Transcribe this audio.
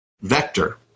vector